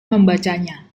membacanya